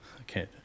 okay